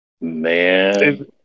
Man